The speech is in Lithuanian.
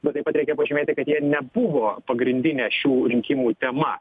bet taip pat reikia pažymėti kad jie nebuvo pagrindinė šių rinkimų tema